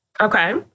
Okay